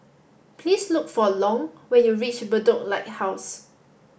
please look for Long when you reach Bedok Lighthouse